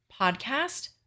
podcast